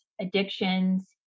addictions